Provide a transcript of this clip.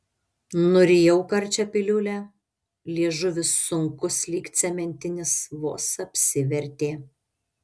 nurijau karčią piliulę liežuvis sunkus lyg cementinis vos apsivertė